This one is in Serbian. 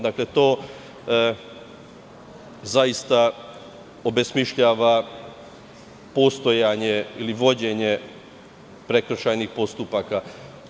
Dakle, to zaista obesmišljava postojanje ili vođenje prekršajnih postupaka.